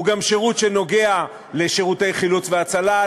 הוא גם שירות שנוגע לשירותי חילוץ והצלה,